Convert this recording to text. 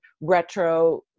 retro